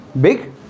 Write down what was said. big